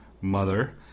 mother